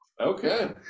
Okay